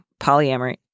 polyamory